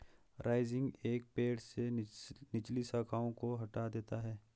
rising एक पेड़ से निचली शाखाओं को हटा देता है